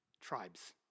tribes